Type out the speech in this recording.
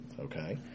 okay